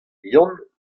yann